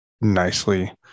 nicely